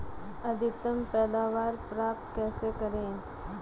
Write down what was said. अधिकतम पैदावार प्राप्त कैसे करें?